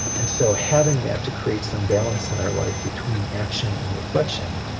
and so, having that to create some balance in our life between action and reflection,